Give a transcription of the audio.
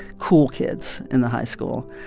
cool kids in the high school.